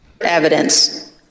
Evidence